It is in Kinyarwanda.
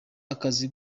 akazi